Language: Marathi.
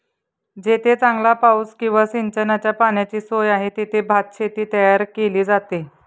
जेथे चांगला पाऊस किंवा सिंचनाच्या पाण्याची सोय आहे, तेथे भातशेती तयार केली जाते